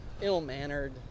ill-mannered